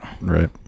Right